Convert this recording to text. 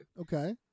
Okay